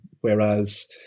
whereas